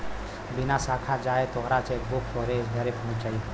बिना साखा जाए तोहार चेकबुक तोहरे घरे पहुच जाई